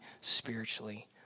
spiritually